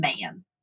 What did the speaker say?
man